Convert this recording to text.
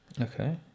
Okay